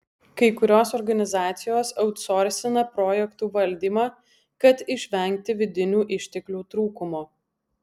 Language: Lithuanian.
kai kurios organizacijos autsorsina projektų valdymą kad išvengti vidinių išteklių trūkumo